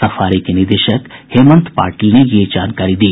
safari के निदेशक हेमंत पाटिल ने यह जानकारी दी